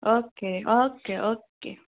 okay okay okay